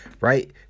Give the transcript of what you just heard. Right